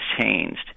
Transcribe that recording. changed